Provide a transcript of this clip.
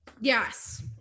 yes